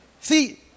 See